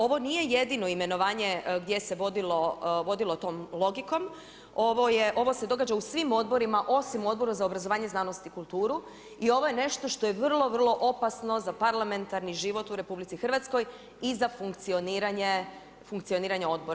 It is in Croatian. Ovo nije jedino imenovanje gdje se vodilo tom logikom, ovo se događa u svim odborima, osim u Odboru za obrazovanje, znanost i kulturu i ovo je nešto što je vrlo, vrlo opasno za parlamentarni život u RH i za funkcioniranje odbora.